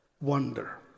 wonder